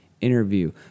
interview